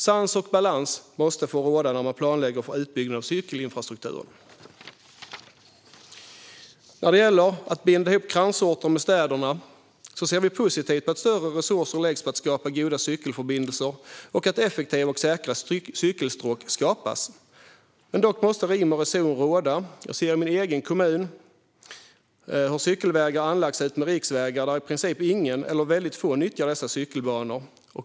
Sans och balans måste få råda när man planlägger för utbyggnad av cykelinfrastruktur. När det gäller att binda ihop kransorter med städerna ser vi positivt på att större resurser läggs på att skapa goda cykelförbindelser och på att effektiva och säkra cykelstråk skapas. Dock måste rim och reson råda. I min hemkommun har cykelvägar anlagts utmed riksvägar, och i princip ingen - eller väldigt få - nyttjar dessa cykelbanor.